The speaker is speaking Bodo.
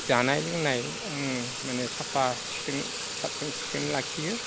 जानाय लोंनाय आं माने साखोन सिखोन साखोन सिखोन लाखियो